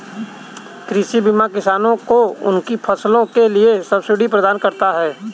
कृषि बीमा किसानों को उनकी फसलों के लिए सब्सिडी प्रदान करता है